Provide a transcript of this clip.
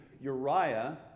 Uriah